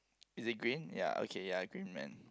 is it green ya okay ya green man